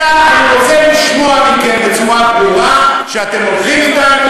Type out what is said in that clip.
אלא אני רוצה לשמוע מכם בצורה ברורה שאתם הולכים אתנו,